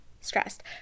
stressed